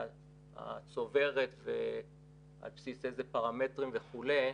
הצוברת ועל בסיס איזה פרמטרים וכולי.